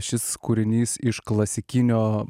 šis kūrinys iš klasikinio